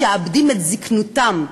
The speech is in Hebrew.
משעבדים את זיקנתם.